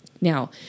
Now